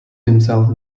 himself